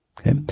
Okay